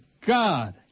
God